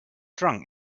drunk